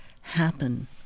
happen